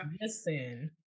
listen